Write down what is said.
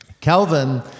Calvin